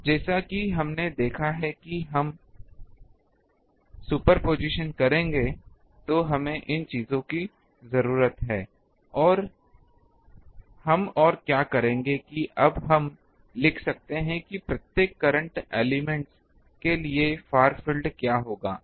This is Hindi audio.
अब जैसा कि हमने देखा है कि जब हम सुपरपोजिशन करेंगे तो हमें इन चीजों की जरूरत है हम और क्या करेंगे कि अब हम लिख सकते हैं कि प्रत्येक करंट एलिमेंट्स के लिए फार फील्ड क्या होगा